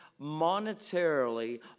monetarily